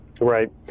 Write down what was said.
Right